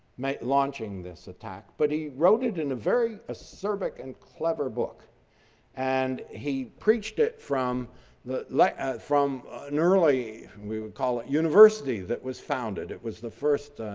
make launching this attack, but he wrote it in a very acerbic and clever book and he preached it from the like from nearly, we would call it university that was founded. it was the first